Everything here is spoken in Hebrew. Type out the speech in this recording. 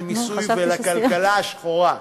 למיסוי ולכלכלה השחורה.